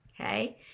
Okay